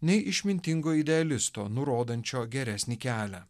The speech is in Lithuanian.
nei išmintingo idealisto nurodančio geresnį kelią